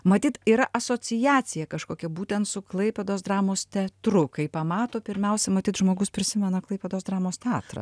matyt yra asociacija kažkokia būtent su klaipėdos dramos teatru kai pamato pirmiausia matyt žmogus prisimena klaipėdos dramos teatrą